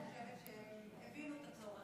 אני חושבת שהם הבינו את הצורך.